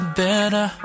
better